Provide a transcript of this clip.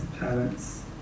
parents